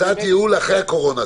הצעת ייעול אחרי הקורונה.